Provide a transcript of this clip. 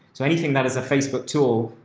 so anything that is a facebook tool,